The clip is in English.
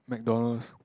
McDonalds